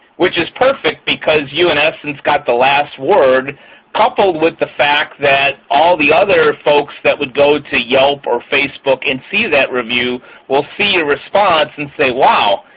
which is perfect because you, in essence, got the last word coupled with the fact that all of the other folks that would go to yelp or facebook and see that review will see response and say, wow.